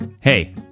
Hey